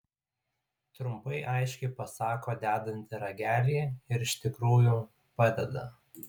trumpai aiškiai pasako dedanti ragelį ir iš tikrųjų padeda